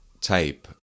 type